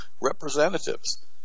representatives